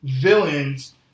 villains